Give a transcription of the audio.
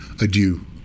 adieu